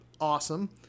Awesome